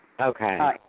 Okay